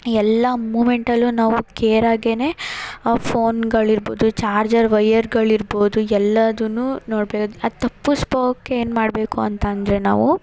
ಎಲ್ಲಾ ಮೂಮೆಂಟಲ್ಲು ನಾವು ಕೇರ್ ಆಗೇನೇ ಆ ಫೋನ್ಗಳಿರ್ಬೋದು ಚಾರ್ಜರ್ ವೈಯರ್ಗಳಿರ್ಬೋದು ಎಲ್ಲಾದನ್ನು ನೋಡ್ಬೋದು ಅದು ತಪ್ಪಿಸೋಕೆ ಏನು ಮಾಡಬೇಕು ಅಂತ ಅಂದರೆ ನಾವು